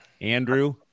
Andrew